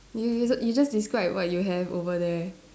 you you you just describe what you have over there